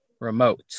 Remote